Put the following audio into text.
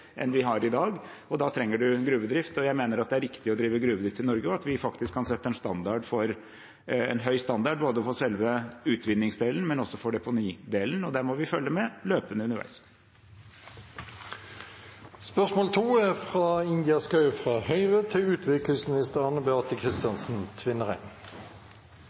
enn vi har i dag, og da trenger vi gruvedrift. Jeg mener at det er riktig å drive gruvedrift i Norge, og at vi faktisk kan sette en høy standard, både for selve utvinningsdelen og for deponidelen. Og der må vi følge løpende med underveis. «Under Noradkonferansen 25. januar i år, annonserte utviklingsministeren en stor satsing på matsikkerhet fremover fra